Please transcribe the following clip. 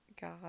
God